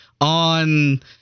on